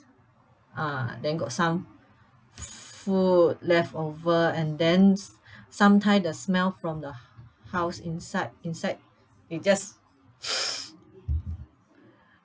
ah then got some food leftover and then s~ sometime the smell from the house inside inside it just